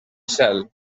cel